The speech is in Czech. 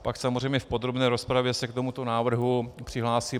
Pak samozřejmě v podrobné rozpravě se k tomuto návrhu přihlásím.